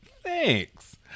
thanks